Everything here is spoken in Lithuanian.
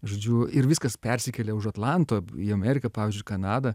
žodžiu ir viskas persikėlė už atlanto į ameriką pavyzdžiui į kanadą